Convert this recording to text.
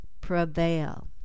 prevail